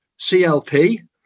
CLP